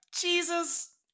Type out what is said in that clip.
Jesus